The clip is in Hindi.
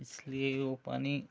इसलिए वो पानी